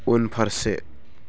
उनफारसे